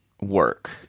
work